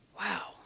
Wow